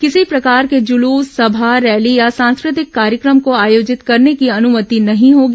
किसी प्रकार के जुलूस सभा रैली या सांस्कृतिक कार्यक्रम को आयोजित करने की अनुमति नहीं होगी